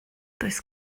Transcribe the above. does